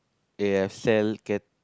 they are sell ca~